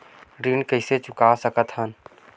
ऋण कइसे चुका सकत हन?